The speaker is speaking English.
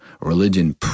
religion